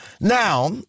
Now